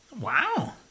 wow